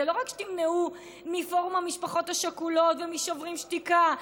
זה לא שתמנעו רק מפורום המשפחות השכולות ומשוברים שתיקה,